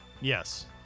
Yes